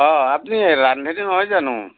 অঁ আপুনি ৰান্ধনী নহয় জানো